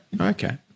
Okay